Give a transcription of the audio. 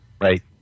Right